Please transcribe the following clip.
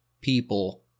people